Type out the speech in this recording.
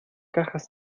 cajas